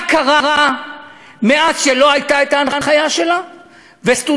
מה קרה כשלא הייתה ההנחיה שלה וסטודנטים